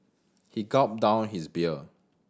he gulped down his beer